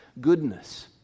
goodness